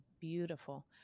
beautiful